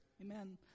Amen